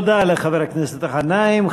תודה לחבר הכנסת גנאים.